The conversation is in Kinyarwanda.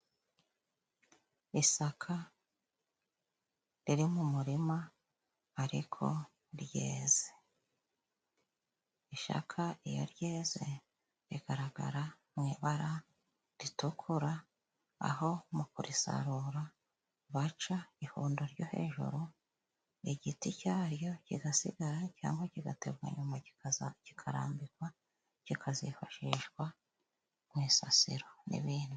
Isaka riri mu murima ariko ntiyeze. Ishakaya iyo ryeze rigaragara mu ibara ritukura, aho mu kurisarura baca ihundo ryo hejuru, igiti cyaryo kigasigara cyangwa kigatemwa nyuma kikarambikwa, kikazifashishwa mu isasiro n'ibindi.